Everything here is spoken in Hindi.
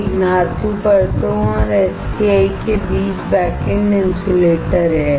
एक धातु परतों और एसटीआई के बीच बैकएंड इन्सुलेटर है